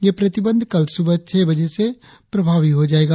ये प्रतिबंध कल सुबह छह बजे से प्रभावी हो जाएगा